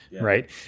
right